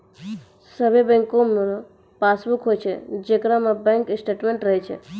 सभे बैंको रो पासबुक होय छै जेकरा में बैंक स्टेटमेंट्स रहै छै